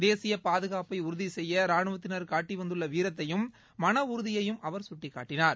தேசிய பாதுகாப்பை உறுதி செய்ய ரானுவத்தினர் காட்டி வந்துள்ள வீரத்தையும் மன உறுதியையும் அவர் கட்டிக்காட்டினார்